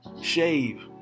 shave